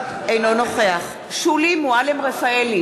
אינו נוכח קסניה סבטלובה,